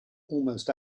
almost